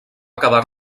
quedar